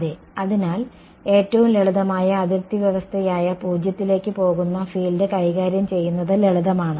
അതെ അതിനാൽ ഏറ്റവും ലളിതമായ അതിർത്തി വ്യവസ്ഥയായ 0 ലേക്ക് പോകുന്ന ഫീൽഡ് കൈകാര്യം ചെയ്യുന്നത് ലളിതമാണ്